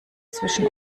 zwischen